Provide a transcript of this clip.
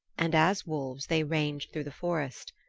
and as wolves they ranged through the forest,